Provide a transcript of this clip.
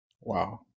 Wow